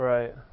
Right